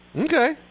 Okay